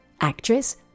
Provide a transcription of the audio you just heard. actress